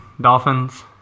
Dolphins